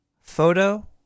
Photo